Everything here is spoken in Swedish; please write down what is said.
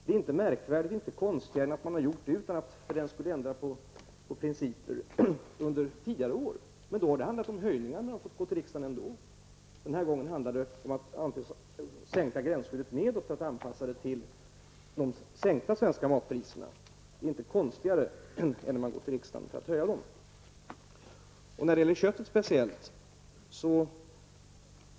Det är inte konstigare än att man har gjort det utan att för den sakens skull ändra på principerna under tidigare år. Det har då handlat om höjningar. Man har fått gå till riksdagen ändå. Den här gången handlar det om att man skall sänka gränsskyddet för att anpassa det till de sänkta svenska matpriserna. Det är inte konstigare än att man går till riksdagen för att höja dem.